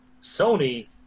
Sony